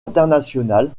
international